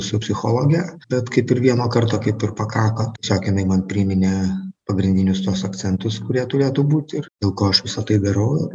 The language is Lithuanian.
su psichologe bet kaip ir vieno karto kaip ir pakako tiesiog jinai man priminė pagrindinius tuos akcentus kurie turėtų būt ir dėl ko aš visa tai darau ir